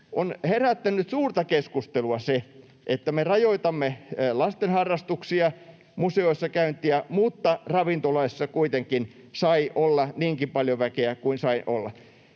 On herättänyt suurta keskustelua se, että me rajoitamme lasten harrastuksia, museoissa käyntiä, mutta ravintoloissa kuitenkin sai olla niinkin paljon väkeä kuin sai olla.